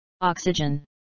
Oxygen